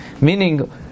meaning